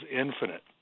infinite